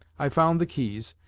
i found the keys,